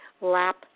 lap